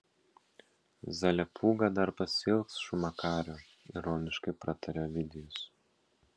zalepūga dar pasiilgs šūmakario ironiškai pratarė ovidijus